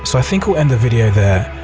so i think we'll end the video there.